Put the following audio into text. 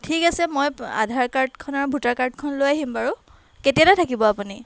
ঠিক আছে মই আধাৰ কাৰ্ডখন আৰু ভোটাৰ কাৰ্ডখন লৈ আহিম বাৰু কেতিয়ালৈ থাকিব আপুনি